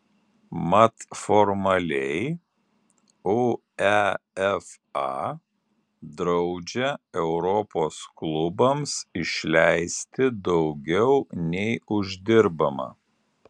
mat formaliai uefa draudžia europos klubams išleisti daugiau nei uždirbama